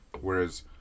Whereas